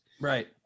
Right